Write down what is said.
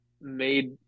made